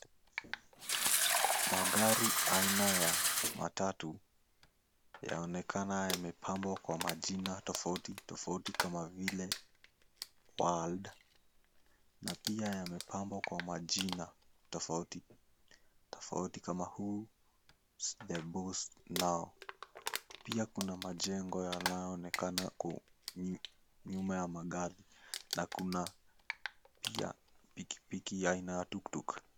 Magari aina ya matatu yaonekana yamepambwa kwa majina tofauti, tofauti kama vile World na pia yamepambwa kwa majina tofauti tofauti kama, Who Is The Boss Now. Pia kuna majengo yanayooneka nyuma ya magari na pia kuna pikipiki aina ya tuktuk .